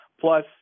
Plus